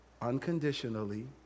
unconditionally